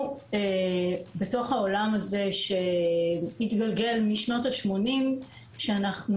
בתוך העולם הזה שהתגלגל משנות ה-80' אנחנו